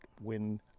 win